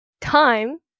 time